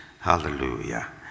Hallelujah